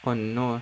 oh no